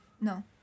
no